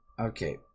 Okay